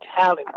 talent